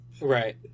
Right